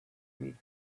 meet